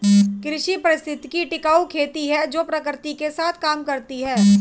कृषि पारिस्थितिकी टिकाऊ खेती है जो प्रकृति के साथ काम करती है